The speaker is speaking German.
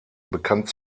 bekannt